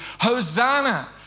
Hosanna